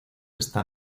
esta